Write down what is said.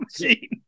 machine